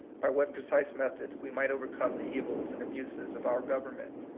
by what precise methods we might overcome the evils and abuses of our government,